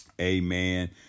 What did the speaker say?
amen